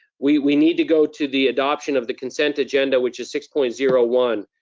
we we need to go to the adoption of the consent agenda, which is six point zero one.